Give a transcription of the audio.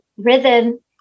rhythm